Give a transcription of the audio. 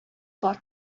бар